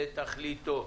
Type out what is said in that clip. ולתכליתו.